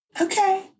Okay